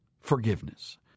forgiveness